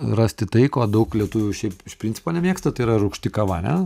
rasti tai ko daug lietuvių šiaip iš principo nemėgsta tai yra rūgšti kava ane